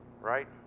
right